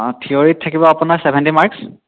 থিয়ৰীত থাকিব আপোনাৰ seventy marks